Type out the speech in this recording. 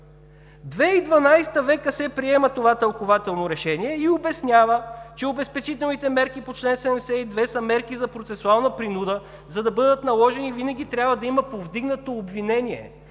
съд приема това тълкувателно решение и обяснява, че обезпечителните мерки по чл. 72 са мерки за процесуална принуда. За да бъдат наложени, винаги трябва да има повдигнато обвинение.